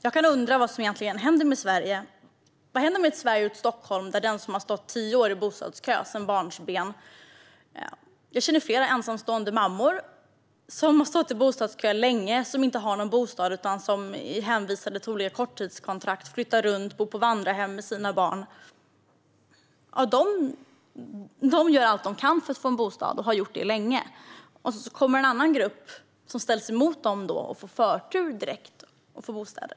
Jag kan undra vad som egentligen händer med Sverige och med ett Stockholm där man har stått tio år i bostadskö, sedan barnsben. Jag känner flera ensamstående mammor som har stått i bostadskö länge men som inte har någon bostad utan är hänvisade till olika korttidskontrakt, som flyttar runt och som bor på vandrarhem med sina barn. De gör allt de kan för att få en bostad och har gjort det länge, och så kommer en annan grupp som ställs emot dem, får förtur direkt och får bostad.